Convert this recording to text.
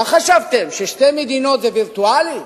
מה חשבתם, ששתי מדינות זה וירטואלי?